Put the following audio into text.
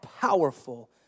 powerful